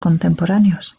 contemporáneos